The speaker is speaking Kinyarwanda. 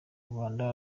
rwanda